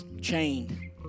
chained